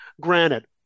Granted